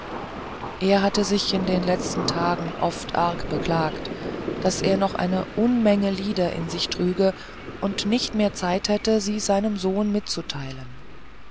er hatte sich in den letzten tagen oft arg beklagt daß er noch eine unmenge lieder in sich trüge und nicht mehr zeit habe sie seinem sohne mitzuteilen